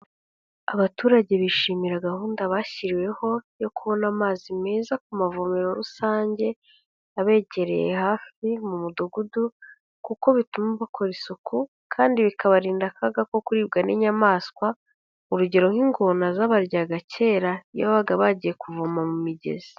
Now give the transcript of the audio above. Abaturage bishimira gahunda bashyiriweho yo kubona amazi meza ku mavuriro rusange abegereye hafi mu mudugudu kuko bituma bakora isuku kandi bikabarinda akaga ko kuribwa n'inyamaswa, urugero nk'ingona zabaryaga kera iyo babaga bagiye kuvoma mu migezi.